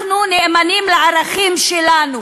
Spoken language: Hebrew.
אנחנו נאמנים לערכים שלנו.